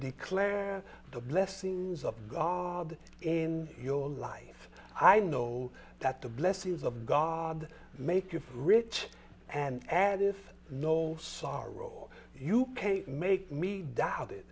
declare the blessings of god in your life i know that the blessings of god make you rich and added no sorrow you can't make me doubt it